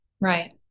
right